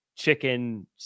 chicken